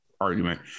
argument